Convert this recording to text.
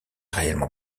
réellement